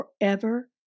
forever